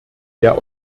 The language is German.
der